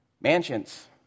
mansions